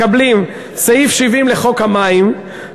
מקבלים: סעיף 70 לחוק המים,